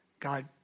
God